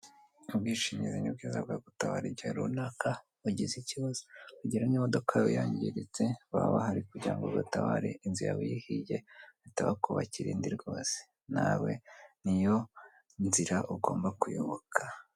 Ubwishingizi ni bwiza bwagutabara igihe runaka ugize ikibazo. Urugero iyo imodoka yawe yangiritse baba bahari kugira ngo bagutabare, inzu yawe iyo ihiye bahita bakubakira indi rwose, nawe niyo nzira ugomba kuyoboka.